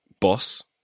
Boss